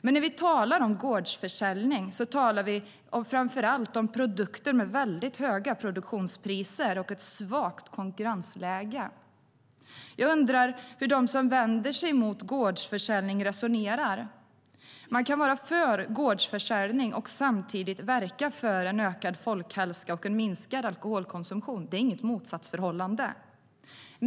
Men när vi talar om gårdsförsäljning talar vi framför allt om produkter med mycket höga produktionspriser och ett svagt konkurrensläge. Jag undrar hur de som vänder sig mot gårdsförsäljning resonerar. Man kan vara för gårdsförsäljning och samtidigt verka för en ökad folkhälsa och en minskad alkoholkonsumtion. Det är inget motsatsförhållande.